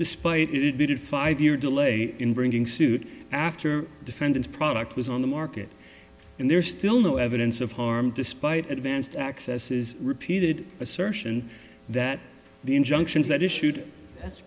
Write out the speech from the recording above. despite you did five year delay in bringing suit after defendants product was on the market and there's still no evidence of harm despite advanced access is repeated assertion that the injunctions that issued that's